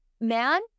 man